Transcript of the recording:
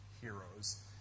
heroes